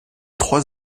trois